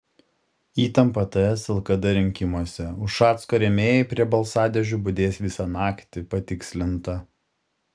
įtampa ts lkd rinkimuose ušacko rėmėjai prie balsadėžių budės visą naktį patikslinta